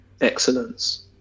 Excellence